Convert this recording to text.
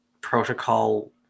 protocol